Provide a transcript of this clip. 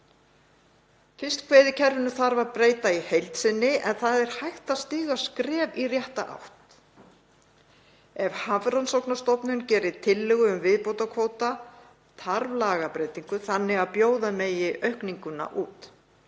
Fiskveiðikerfinu þarf að breyta í heild sinni en það er hægt að stíga skref í rétta átt. Ef Hafrannsóknastofnun gerir tillögu um viðbótarkvóta þarf lagabreytingu þannig að bjóða megi aukninguna út.